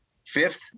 Fifth